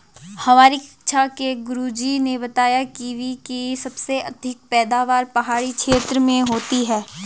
हमारी कक्षा के गुरुजी ने बताया कीवी की सबसे अधिक पैदावार पहाड़ी क्षेत्र में होती है